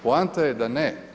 Poanta je da ne.